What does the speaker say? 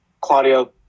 Claudio